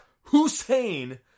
Hussein